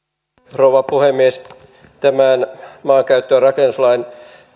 rouva puhemies tämän maankäyttö ja rakennuslain